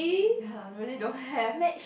really don't have